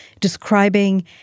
describing